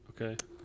Okay